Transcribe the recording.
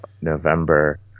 November